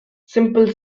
simple